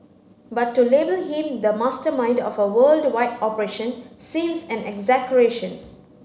but to label him the mastermind of a worldwide operation seems an exaggeration